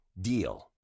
DEAL